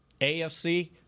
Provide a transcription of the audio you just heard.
AFC